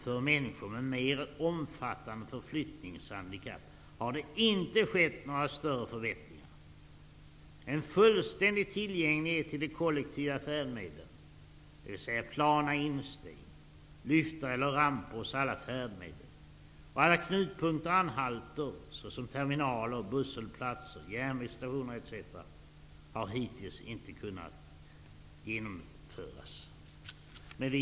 För männi skor med mer omfattande förflyttningshandikapp har det inte skett några större förbättringar. En fullständig tillgänglighet till de kollektiva färd medlen, dvs. plana insteg, lyftar eller ramper på alla färdmedel och alla knutpunkter och anhalter såsom terminaler, busshållsplatser, järnvägssta tioner etc., har hittills inte kunnat genomföras.